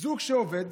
זוג שעובד